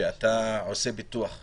שאתה עושה ביטוח מקיף,